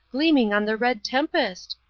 gleaming on the red tempest?